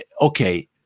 Okay